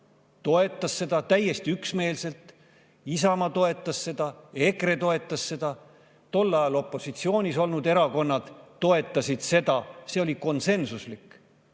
toetas seda täiesti üksmeelselt, Isamaa toetas seda, EKRE toetas seda, tol ajal opositsioonis olnud erakonnad toetasid seda. See oli konsensuslik.